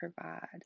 provide